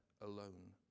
alone